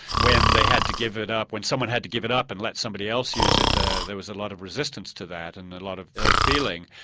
when they had to give it up, when someone had to give it up and let somebody else use it ah there was a lot of resistance to that and a lot of ill-feeling.